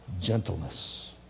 gentleness